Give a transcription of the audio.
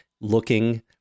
looking